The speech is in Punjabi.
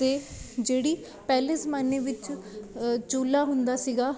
ਅਤੇ ਜਿਹੜੀ ਪਹਿਲੇ ਜ਼ਮਾਨੇ ਵਿੱਚ ਚੁੱਲ੍ਹਾ ਹੁੰਦਾ ਸੀਗਾ